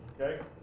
Okay